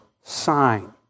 sign